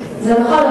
זה נכון,